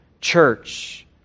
church